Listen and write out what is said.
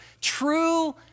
True